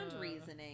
reasoning